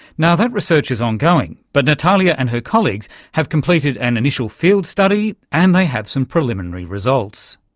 now, that research is ongoing. but natalia and her colleagues have completed an initial field study and they have some preliminary results.